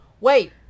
Wait